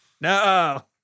No